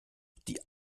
die